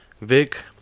Vic